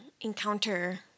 encounter